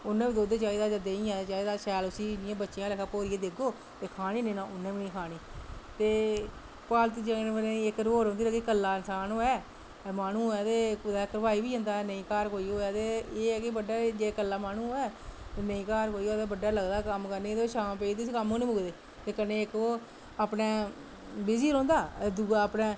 उन्नै बी दुद्द चाही दा देहीं चाही दा शैल उसी बोरियै बच्चें आह्ला लेक्खा देह्गो ते खानी नेईं तां उनै बी नी खानी ते पालतू जानवरें दी इक रोह्ल रौंह्दी अगर कल्ला बंदा होऐ महानू होऐ ते घवराई बी जंदा कल्ला एह् ऐ कि कल्ला महानू होआ नेईं होई घर ते बड्डै पैह्र शुरु होंदा कम्म करने गी दी शाम पेई जंदी कम्म गै नी मुक्कने च औंदे ते इक कन्नै अपने बिजी रौंह्दा ते दुआ कन्नै